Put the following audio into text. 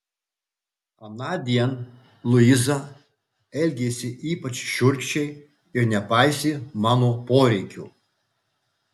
anądien luiza elgėsi ypač šiurkščiai ir nepaisė mano poreikių